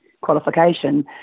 qualification